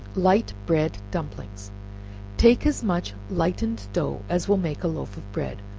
light bread dumplings take as much lightened dough as will make a loaf of bread,